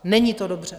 Není to dobře.